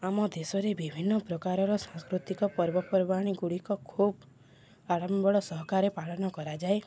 ଆମ ଦେଶରେ ବିଭିନ୍ନ ପ୍ରକାରର ସାଂସ୍କୃତିକ ପର୍ବପର୍ବାଣିଗୁଡ଼ିକ ଖୁବ୍ ଆଡ଼ମ୍ବର ସହକାରେ ପାଳନ କରାଯାଏ